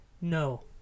No